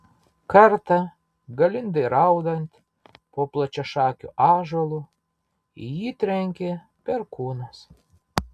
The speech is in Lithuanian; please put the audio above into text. kartą galindai raudant po plačiašakiu ąžuolu į jį trenkė perkūnas